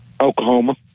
Oklahoma